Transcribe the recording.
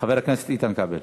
חבר הכנסת איתן כבל.